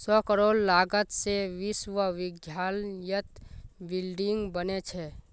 सौ करोड़ लागत से विश्वविद्यालयत बिल्डिंग बने छे